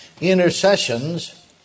intercessions